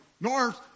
north